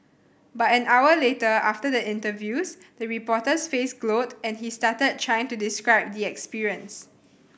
but an hour later after the interviews the reporter's face glowed and he stuttered trying to describe the experience